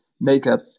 makeup